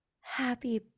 happy